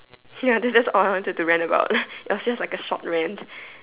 ya that that's all I wanted to rant about it was just like a short rant